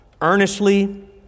earnestly